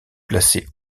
placées